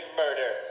murder